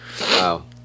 Wow